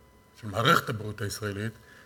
של מערכת הבריאות הישראלית,